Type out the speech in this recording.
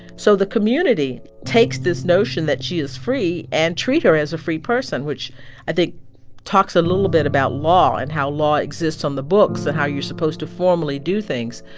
so the community takes this notion that she is free and treat her as a free person, which i think talks a little bit about law and how law exists on the books and how you're supposed to formally do things.